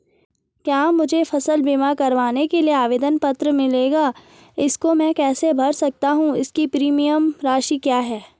क्या मुझे फसल बीमा करवाने के लिए आवेदन पत्र मिलेगा इसको मैं कैसे भर सकता हूँ इसकी प्रीमियम राशि क्या है?